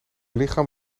lichaam